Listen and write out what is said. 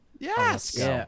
Yes